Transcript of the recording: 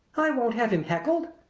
i won't have him heckled!